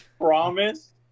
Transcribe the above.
promise